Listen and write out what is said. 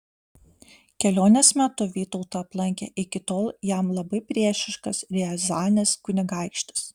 kelionės metu vytautą aplankė iki tol jam labai priešiškas riazanės kunigaikštis